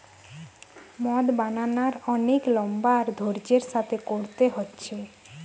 মদ বানানার অনেক লম্বা আর ধৈর্য্যের সাথে কোরতে হচ্ছে